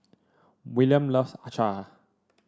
Willam loves Acar